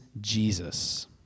Jesus